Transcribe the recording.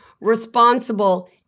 responsible